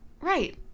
Right